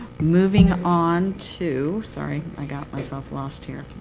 moving on to sorry, i got myself lost here.